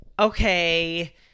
okay